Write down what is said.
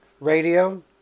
Radio